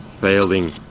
failing